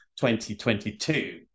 2022